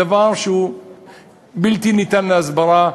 דבר שהוא בלתי ניתן להסברה,